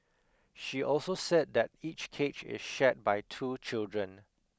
she also said that each cage is shared by two children